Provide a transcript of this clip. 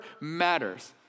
matters